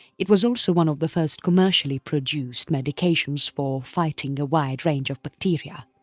it was also one of the first commercially produced medications for fighting a wide range of bacteria.